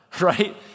right